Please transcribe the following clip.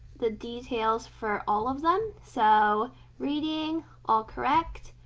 the details for all of them. so reading all correct,